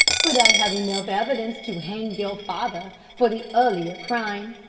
but i have enough evidence to hang your father for the earlier crime.